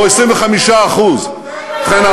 או 25% ובכן,